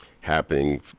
happening